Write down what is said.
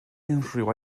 unrhyw